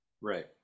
right